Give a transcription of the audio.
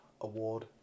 Award